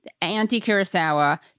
anti-kurosawa